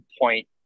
point